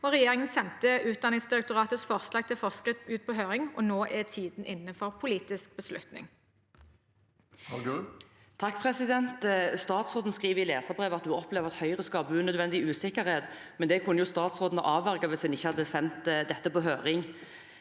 Regjeringen sendte Utdanningsdirektoratets forslag til forskrift ut på høring, og nå er tiden inne for politisk beslutning. Margret Hagerup (H) Statsråden skriver i et leserbrev at hun opplever at Høyre skaper unødvendig usikkerhet. Men det kunne statsråden ha avverget hvis en ikke hadde sendt dette på høring.